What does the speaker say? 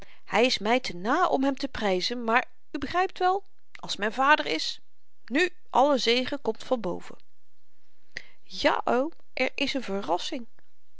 hy is my te na om hem te pryzen maar u begrypt wel als men vader is nu alle zegen komt van boven ja oom er is een verrassing